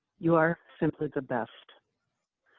you are simply the best.